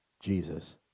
Jesus